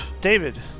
David